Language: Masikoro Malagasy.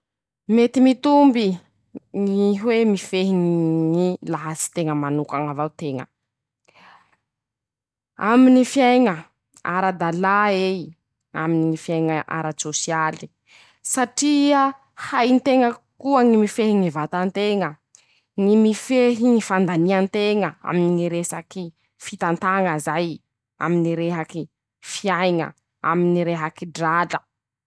Mety mitomby, ñy hoe mifehy lahatsy teña manokañ'avao teña, aminy fiaiña, ara-dalà eei aminy ñy fiaiña ara-tsôsialy; satria hay nteña koa ñy vata nteña, ñy mifehy ñy fandanianteña aminy ñy rasaky fitantaña zay, aminy rehaky fiaiña, aminy rehaky drala.